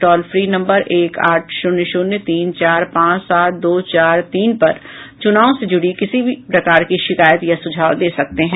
लोग toll free number एक आठ शून्य शून्य तीन चार पांच सात दो चार तीन पर चुनाव से जुड़ी किसी प्रकार की शिकायत या सुझाव दे सकते हैं